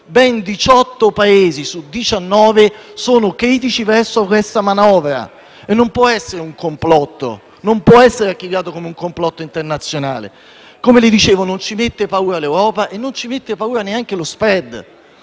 Paesi su diciannove sono critici verso questa manovra; non può essere un complotto, non può essere archiviato come un complotto internazionale. Come le dicevo, non ci mette paura l'Europa e non ci mette paura neanche lo *spread*.